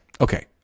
Okay